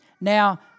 Now